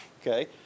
okay